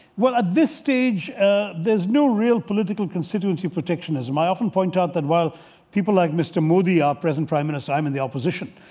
well, at this stage there's no real political constituency protectionism. i often point out that, while people like mr. modi, our present prime minister, i'm in the opposition.